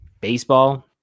baseball